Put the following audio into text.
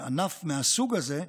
ענף מהסוג הזה,